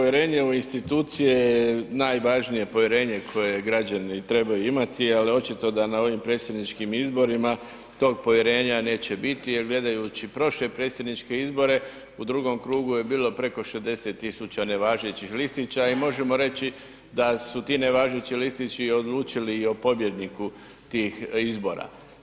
Kolega Maras, povjerenje u institucije je najvažnije povjerenje koje građani trebaju imati ali očito da na ovim predsjedničkim izborima tog povjerenja neće biti jer gledajući prošle predsjedničke izbore u drugom krugu je bilo preko 60.000 nevažećih listića i možemo reći da su ti nevažeći listići odlučili i o pobjedniku tih izbora.